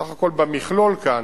בסך הכול, במכלול כאן,